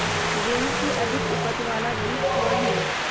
गेंहू की अधिक उपज बाला बीज कौन हैं?